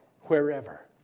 wherever